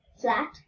flat